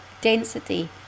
density